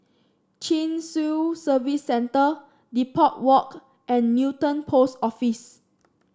Chin Swee Service Centre Depot Walk and Newton Post Office